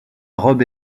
robe